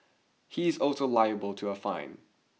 he is also liable to a fine